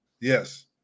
Yes